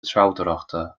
treabhdóireachta